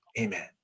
Amen